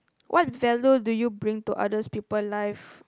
what value do you bring to others people life